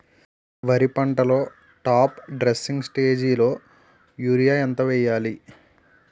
వరి పంటలో top dressing స్టేజిలో యూరియా ఎంత వెయ్యాలి?